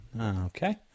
Okay